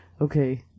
okay